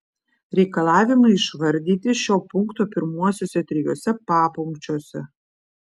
reikalavimai išvardyti šio punkto pirmuosiuose trijuose papunkčiuose